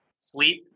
sleep